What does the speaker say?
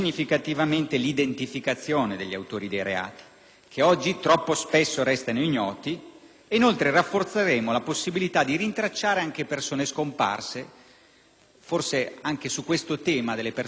che oggi troppo spesso restano ignoti, e inoltre rafforzeremo la possibilità di rintracciare persone scomparse. Forse, anche al tema delle persone scomparse occorrerebbe dedicare maggiore attenzione.